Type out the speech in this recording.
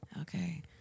Okay